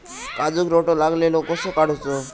काजूक रोटो लागलेलो कसो काडूचो?